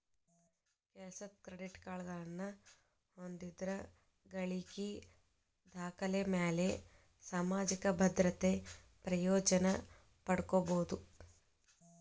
ಕೆಲಸದ್ ಕ್ರೆಡಿಟ್ಗಳನ್ನ ಹೊಂದಿದ್ರ ಗಳಿಕಿ ದಾಖಲೆಮ್ಯಾಲೆ ಸಾಮಾಜಿಕ ಭದ್ರತೆ ಪ್ರಯೋಜನ ಪಡ್ಕೋಬೋದು